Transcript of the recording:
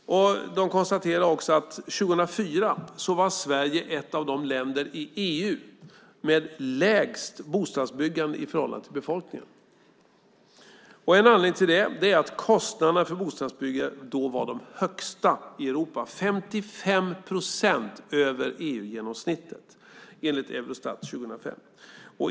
Man konstaterar också att Sverige år 2004 var ett av de länder i EU som hade lägst bostadsbyggande i förhållande till befolkningen. En anledning till det är att kostnaderna för bostadsbyggande då var de högsta i Europa - 55 procent över EU-genomsnittet enligt Eurostat 2005.